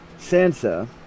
Sansa